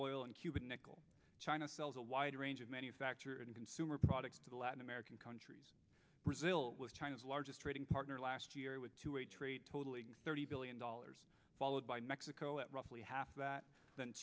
oil and cuban nickel china sells a wide range of manufacture and consumer products to latin american countries brazil was china's largest trading partner last year with to a trade totally thirty billion dollars followed by mexico at roughly half that than